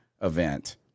event